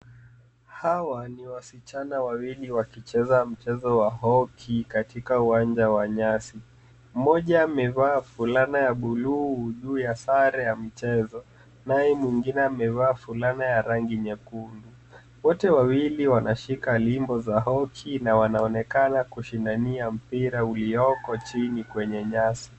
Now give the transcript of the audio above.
Hawa ni wasichana wawili wakicheza mchezo wa hoki katika uwanja wa nyasi. Mmoja amevaa fulana ya buluu juu sare ya michezo naye mwingine amevaa fulana ya rangi nyekundu. Wote wawili wanashika limbo za hoki na wanaonekana kushindania mpira ulioko chini kwenye nyasi.